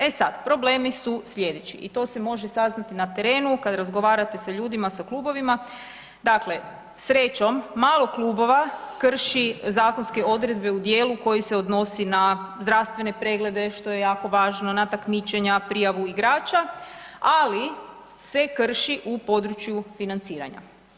E sad problemi su sljedeći i to se može saznati na terenu kad razgovarate da ljudima, sa klubovima, dakle srećom malo klubova krši zakonske odredbe u dijelu koje se odnosi na zdravstvene preglede, što je jako važno, na takmičenja, prijavu igrača, ali se krši u području financiranja.